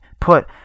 put